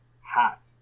hat